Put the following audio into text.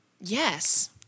Yes